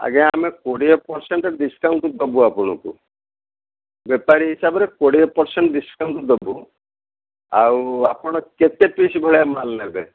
ଆଜ୍ଞା ଆମେ କୋଡ଼ିଏ ପର୍ସେଣ୍ଟ୍ ଡିସ୍କାଉଣ୍ଟ୍ ଦବୁ ଆପଣଙ୍କୁ ବେପାରୀ ହିସାବରେ କୋଡ଼ିଏ ପର୍ସେଣ୍ଟ୍ ଡିସ୍କାଉଣ୍ଟ୍ ଦେବୁ ଆଉ ଆପଣ କେତେ ପିସ୍ ଭଳିଆ ମାଲ୍ ନେବେ